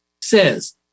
says